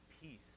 peace